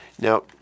Now